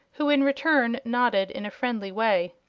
who in return nodded in a friendly way.